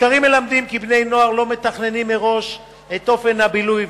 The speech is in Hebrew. מחקרים מלמדים כי בני-נוער לא מתכננים מראש את אופן הבילוי,